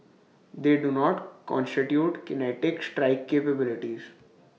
they do not constitute kinetic strike capabilities